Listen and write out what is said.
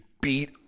beat